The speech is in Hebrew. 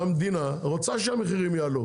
שהמדינה רוצה שהמחירים יעלו,